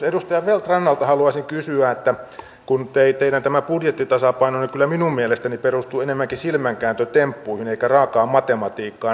edustaja feldt rannalta haluaisin kysyä kun nyt tämä teidän budjettitasapainonne kyllä minun mielestäni perustuu enemmänkin silmänkääntötemppuihin kuin raakaan matematiikkaan